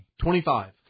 Twenty-five